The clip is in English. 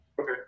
okay